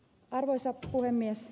arvoisa puhemies